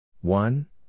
One